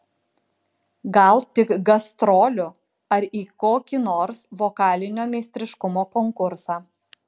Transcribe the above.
gal tik gastrolių ar į kokį nors vokalinio meistriškumo konkursą